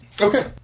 Okay